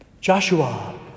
Joshua